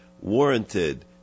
warranted